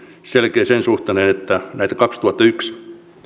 selkeä sen suhteen että näitä vuoden kaksituhattayksi